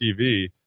tv